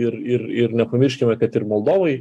ir ir ir nepamirškime kad ir moldovai